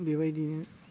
बेबायदिनो